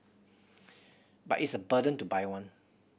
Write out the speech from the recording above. but it's a burden to buy one